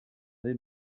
den